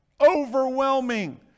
overwhelming